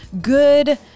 good